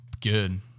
good